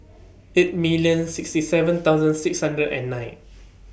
eight million sixty seven thousand six hundred and nine